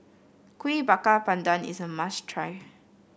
Kueh Bakar Pandan is a must try